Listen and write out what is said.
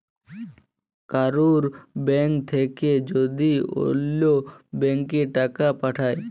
কারুর ব্যাঙ্ক থাক্যে যদি ওল্য ব্যাংকে টাকা পাঠায়